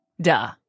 Duh